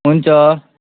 हुन्छ